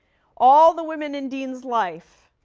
all the women in dean's life